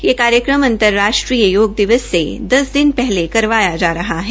यह कार्यक्रम अंतर राष्ट्रीय योग दिवस से दस दिन पहले करवाया जा रहा है